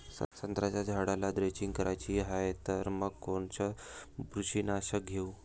संत्र्याच्या झाडाला द्रेंचींग करायची हाये तर मग कोनच बुरशीनाशक घेऊ?